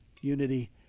unity